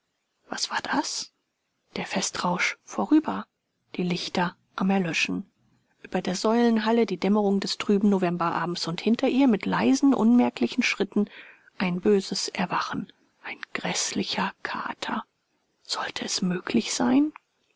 was war das der festrausch vorüber die lichter am erlöschen über der säulenhalle die dämmerung des trüben novemberabends und hinter ihr mit leisen unmerklichen schritten ein böses erwachen ein gräßlicher kater sollte es möglich sein